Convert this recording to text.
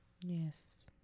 Yes